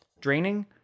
Draining